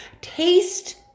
Taste